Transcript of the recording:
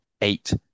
eight